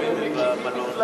הם מקימים מפלגה.